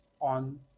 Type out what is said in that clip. on